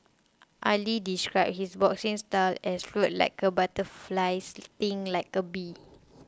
Ali described his boxing style as float like a butterfly sting like a bee